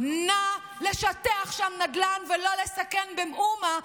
נא לשטח שם נדל"ן ולא לסכן במאומה,